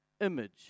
image